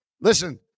Listen